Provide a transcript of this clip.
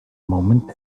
moment